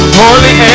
holy